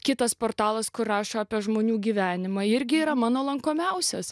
kitas portalas kur rašo apie žmonių gyvenimą irgi yra mano lankomiausias